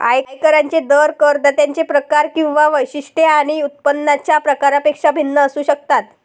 आयकरांचे दर करदात्यांचे प्रकार किंवा वैशिष्ट्ये आणि उत्पन्नाच्या प्रकारापेक्षा भिन्न असू शकतात